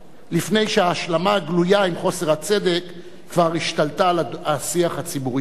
לפני שההשלמה הגלויה עם חוסר הצדק כבר השתלטה על השיח הציבורי שלנו.